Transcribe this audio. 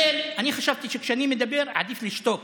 אני חשבתי שכשאני מדבר עדיף לשתוק,